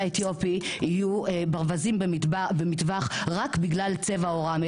אתיופי יהיו ברווזים במטווח רק בגלל צבע עורם.